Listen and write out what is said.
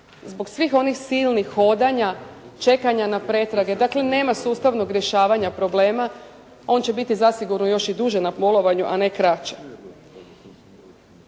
zbog svih onih silnih hodanja, čekanja na pretrage, dakle, nema sustavnog rješavanja problema, on će biti zasigurno još i duže na bolovanju a ne kraće.